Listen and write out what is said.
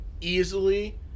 easily